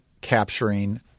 capturing